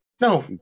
No